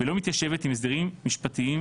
ולא מתיישבת עם הסדרים משפטיים,